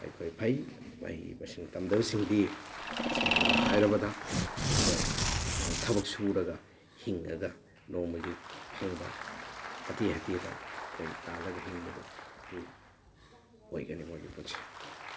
ꯑꯩꯈꯣꯏ ꯐꯩ ꯃꯍꯩ ꯃꯁꯤꯡ ꯇꯝꯗꯕꯁꯤꯡꯗꯤ ꯁꯦꯡꯅ ꯍꯥꯏꯔꯕꯗ ꯑꯩꯈꯣꯏ ꯊꯕꯛ ꯁꯨꯔꯒ ꯍꯤꯡꯉꯒ ꯅꯣꯡꯃꯒꯤ ꯐꯪꯕ ꯍꯥꯇꯦ ꯍꯥꯇꯦꯗ ꯑꯩꯈꯣꯏ ꯇꯥꯜꯂꯒ ꯍꯤꯡꯕꯗꯨ ꯑꯗꯨ ꯑꯣꯏꯒꯅꯤ ꯃꯣꯏꯒꯤ ꯄꯨꯟꯁꯤ